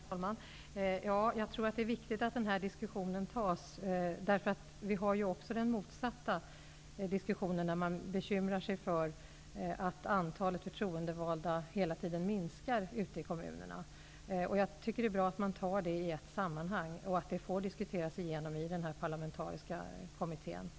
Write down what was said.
Herr talman! Ja, jag tror att det är viktigt att den här diskussionen förs. Vi har ju också den motsatta diskussionen, där man är bekymrad över att antalet förtroendevalda hela tiden minskar ute i kommunerna. Jag tycker att det är bra att allt det här tas upp i ett sammanhang och att det diskuteras i den parlamentariska kommittén.